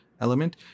element